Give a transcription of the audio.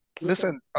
listen